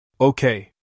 Okay